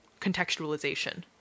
contextualization